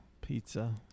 pizza